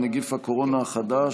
נגיף הקורונה החדש)